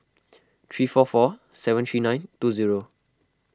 three four four seven three nine two zero